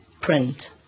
print